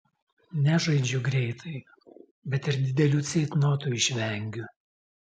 nežaidžiu greitai bet ir didelių ceitnotų išvengiu